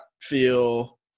feel